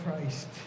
Christ